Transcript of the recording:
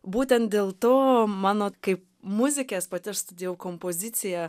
būtent dėl to mano kai muzikės pati aš studijavau kompoziciją